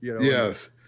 yes